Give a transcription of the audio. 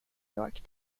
york